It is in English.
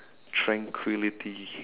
tranquility